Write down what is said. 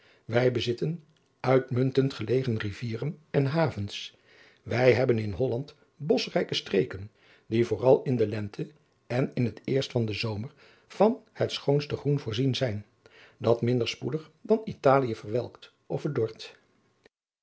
wij bezitten uitmuntend gelegen rivieren en havens wij hebben in holland boschrijke streken die vooral in de lente en in het eerst van den zomer van het schoonste groen voorzien zijn dat minder spoedig dan in italie verwelkt of